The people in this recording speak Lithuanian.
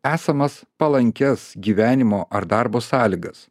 esamas palankias gyvenimo ar darbo sąlygas